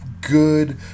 good